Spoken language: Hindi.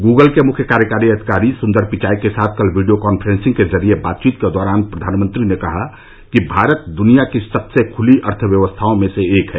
गूगल के मुख्य कार्यकारी अधिकारी सुंदर पिचाई के साथ कल वीडियो कॉन्फ्रेंसिंग के जरिए बातचीत के दौरान प्रधानमंत्री ने कहा कि भारत दुनिया की सबसे खुली अर्थव्यवस्थाओं में से एक है